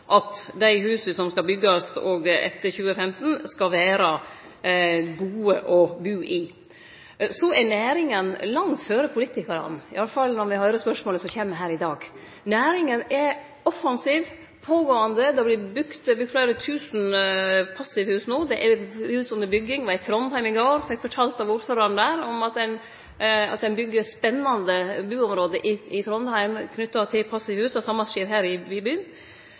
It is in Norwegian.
at dei husa som skal byggjast òg etter 2015, skal vere gode å bu i. Så er næringa langt føre politikarane – iallfall når me høyrer spørsmålet som kjem her i dag. Næringa er offensiv, pågåande, det vert bygt fleire tusen passivhus no. Det er hus under bygging. Eg var i Trondheim i går og vart fortalt av ordføraren der at ein byggjer spennande buområde i Trondheim knytte til passivhus. Det same skjer her i